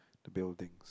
the buildings